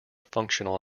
functional